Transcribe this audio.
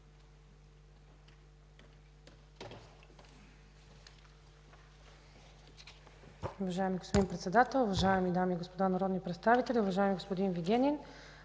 Уважаеми господин Председател, уважаеми дами и господа народни представители! Уважаеми господин Вигенин,